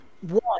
One